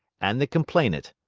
and the complainant.